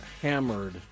hammered